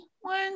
one